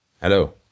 Hello